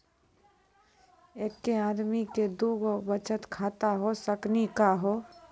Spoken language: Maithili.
एके आदमी के दू गो बचत खाता हो सकनी का हो?